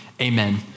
amen